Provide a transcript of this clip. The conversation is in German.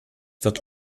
wird